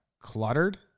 cluttered